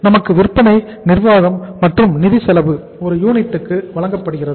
நமக்கு விற்பனை நிர்வாகம் மற்றும் நிதி செலவு ஒரு யூனிட்டுக்கு வழங்கப்படுகிறது